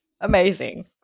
amazing